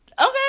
Okay